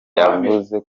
yavuze